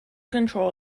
control